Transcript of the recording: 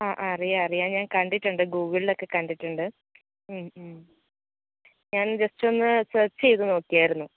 ആ അ അറിയാം അറിയാം ഞാൻ കണ്ടിട്ടുണ്ട് ഗൂഗിൾളൊക്കെ കണ്ടിട്ടുണ്ട് ഞാൻ ജസ്റ്റ് ഒന്ന് സെർച്ച് ചെയ്തു നോക്കിയായിരുന്നു